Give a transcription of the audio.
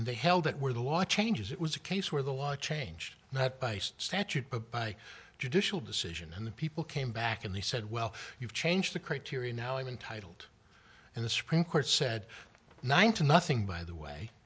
and they held that where the watch changes it was a case where the law changed not by statute but by judicial decision and the people came back and they said well you've changed the criteria now i'm entitled and the supreme court said nine to nothing by the way